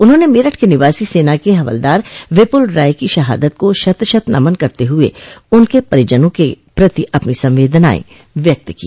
उन्होंने मेरठ के निवासी सेना के हवलदार विपुल राय की शहादत को शत् शत् नमन करते हुए उनके परिजनों के प्रति अपनी संवेदनाएं व्यक्त की है